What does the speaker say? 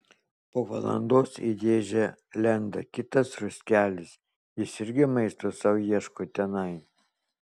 po valandos į dėžę lenda kitas ruskelis jis irgi maisto sau ieško tenai